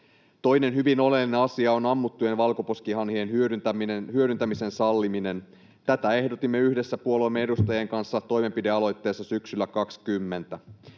Toinen hyvin oleellinen asia on ammuttujen valkoposkihanhien hyödyntämisen salliminen. Tätä ehdotimme yhdessä puolueemme edustajien kanssa toimenpidealoitteessa syksyllä 20.